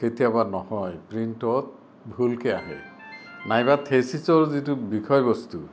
কেতিয়াবা নহয় প্ৰিণ্টত ভুলকে আহে নাইবা থেচিচৰ যিটো বিষয়বস্তু